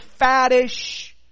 faddish